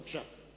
בבקשה.